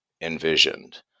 envisioned